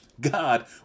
God